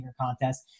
contest